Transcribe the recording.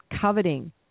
coveting